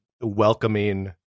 welcoming